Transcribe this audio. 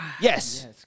Yes